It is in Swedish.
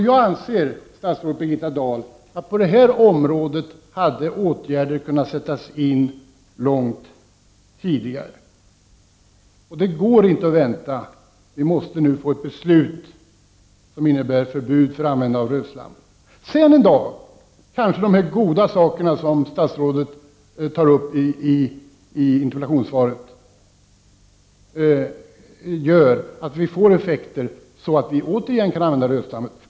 Jag anser, statsrådet Birgitta Dahl, att åtgärder hade kunnat vidtas på detta område långt tidigare. Det går inte att vänta, utan ett beslut måste fattas om ett förbud mot användning av rötslam. Senare kanske dessa goda saker som statsrådet tar upp i interpellationssvaret leder till att rötslammet återigen kan användas.